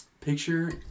Picture